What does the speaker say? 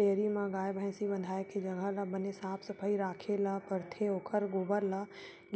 dairy म गाय, भइसी बंधाए के जघा ल बने साफ सफई राखे ल परथे ओखर गोबर ल